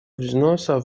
взносов